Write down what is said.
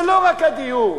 זה לא רק הדיור,